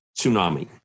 tsunami